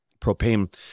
propane